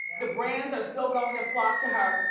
the brands are still going to flock to her.